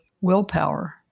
willpower